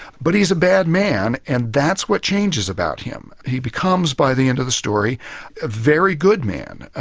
but he's a bad man, and that's what changes about him. he becomes by the end of the story, a very good man. ah